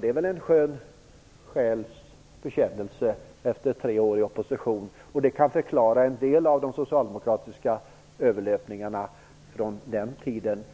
Det är väl en skön själs bekännelse efter tre år i opposition! Det kan förklara en del av de socialdemokratiska överlöpningarna från den tiden.